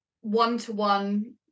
one-to-one